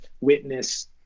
witness